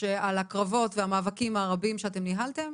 על הקרבות ועל המאבקים הרבים שניהלתם,